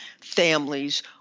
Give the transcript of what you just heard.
families